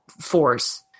force